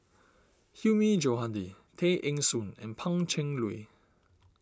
Hilmi Johandi Tay Eng Soon and Pan Cheng Lui